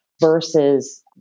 versus